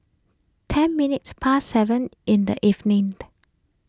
ten minutes past seven in the evening